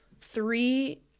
three